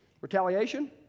Retaliation